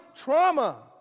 trauma